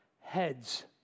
heads